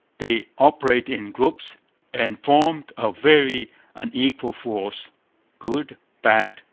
they operated in groups and formed a very unequal force good, bad,